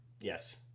yes